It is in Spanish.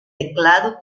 teclado